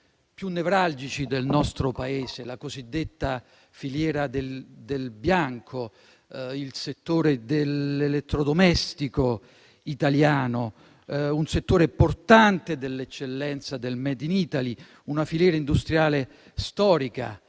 più nevralgici del nostro Paese, la cosiddetta filiera del "bianco", il settore dell'elettrodomestico italiano. È un settore portante dell'eccellenza del *made in Italy*, una filiera industriale storica